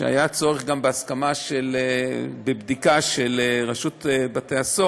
שהיה צורך גם בבדיקה של רשות בתי-הסוהר,